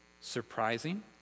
surprising